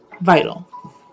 vital